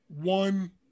one